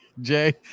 Jay